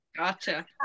Gotcha